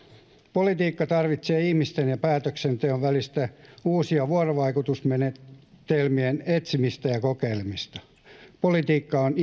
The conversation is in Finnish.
politiikka tarvitsee ihmisten ja päätöksenteon välisten uusien vuorovaikutusmenetelmien etsimistä ja kokeilemista politiikka on